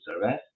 service